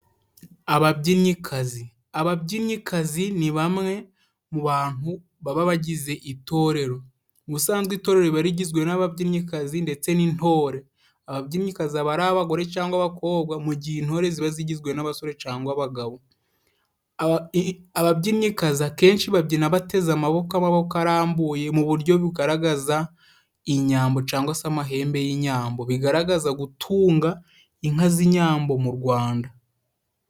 Ababyinnyikazi, ababyinnyikazi ni bamwe mu bantu baba bagize itorero, ubusanzwe itorero riba rigizwe n'ababyinnyikazi ndetse n'intore, ababyinnyikazi aba ari abagore cyangwa abakobwa, mu gihe intore ziba zigizwe n'abasore cyangwa abagabo. Ababyinnyikazi akenshi babyina bateze amaboko, amaboko arambuye mu buryo bw'inyambo cyangwa se amahembe y'inyambo, bigaragaza gutunga inka z'inyambo mu Rwanda.